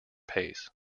pace